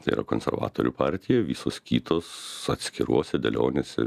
tai yra konservatorių partija visos kitos atskirose dėlionėse